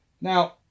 Now